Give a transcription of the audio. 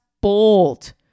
bold